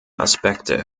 aspekte